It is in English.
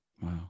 wow